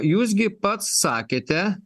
jūs gi pats sakėte